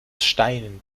stein